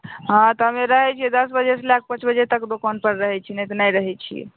हँ तऽ हमे रहै छियै दस बजे से लैके पाँच बजे तक दोकान पर रहै छी नहि तऽ नहि रहै छियै